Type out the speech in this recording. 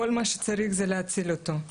כל מה שצריך זה להציל אותו.